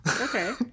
Okay